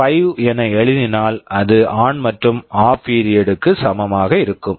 5 என எழுதினால் அது ஆன் ON மற்றும் ஆப் OFF பீரியட் period ற்கு சமமாக இருக்கும்